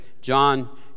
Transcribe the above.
John